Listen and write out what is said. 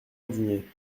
indigné